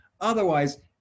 otherwise